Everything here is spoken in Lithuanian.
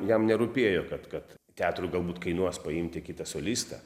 jam nerūpėjo kad kad teatrui galbūt kainuos paimti kitą solistą